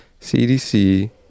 cdc